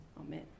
Amen